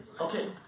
Okay